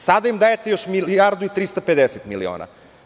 Sada im dajete još milijardu i 350 miliona.